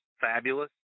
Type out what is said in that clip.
fabulous